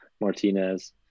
martinez